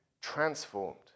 transformed